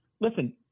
listen